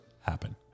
happen